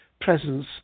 presence